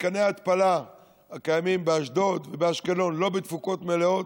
מתקני ההתפלה הקיימים באשדוד ובאשקלון לא בתפוקות מלאות,